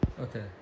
okay